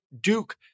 Duke